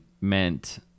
meant